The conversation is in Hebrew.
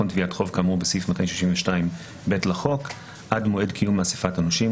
תביעת חוב כאמור בסעיף 262(ב) לחוק עד מועד קיום אסיפת הנושים,